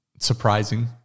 surprising